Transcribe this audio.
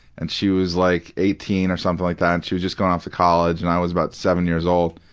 and she was, like, eighteen or something like that and she was just going off to college, and i was about seven years old.